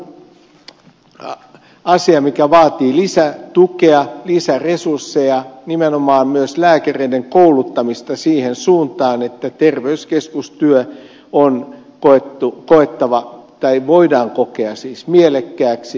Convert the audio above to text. terveyskeskuksien toiminta on asia mikä vaatii lisätukea lisäresursseja nimenomaan myös lääkäreiden kouluttamista siihen suuntaan että terveyskeskustyö voidaan kokea mielekkääksi